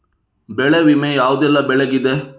ಬೆಳೆ ವಿಮೆ ಯಾವುದೆಲ್ಲ ಬೆಳೆಗಿದೆ?